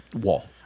Wall